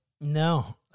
No